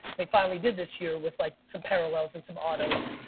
they finally did this year with like some parallels and some autos.